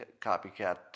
copycat